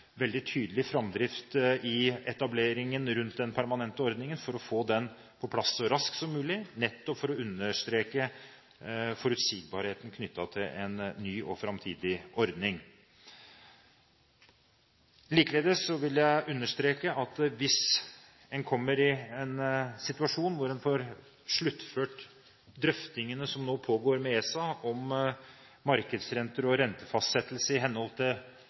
veldig tydelig framdrift i etableringen av den permanente ordningen, for å få den på plass så raskt som mulig, nettopp for å understreke forutsigbarheten knyttet til en ny og framtidig ordning. Likeledes vil jeg understreke at hvis en kommer i en situasjon hvor en får sluttført drøftingene som nå pågår med ESA om markedsrenter og rentefastsettelse i henhold